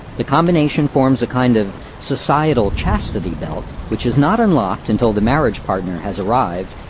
the combination forms a kind of societal chastity belt which is not unlocked until the marriage partner has arrived,